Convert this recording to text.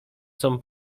com